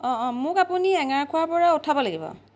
অঁ অঁ মোক আপুনি এঙাৰখোৱাৰ পৰা উঠাব লাগিব